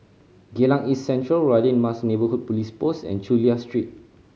Geylang East Central Radin Mas Neighbourhood Police Post and Chulia Street